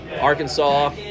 Arkansas